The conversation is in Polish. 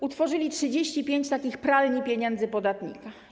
Utworzyliście 35 takich pralni pieniędzy podatnika.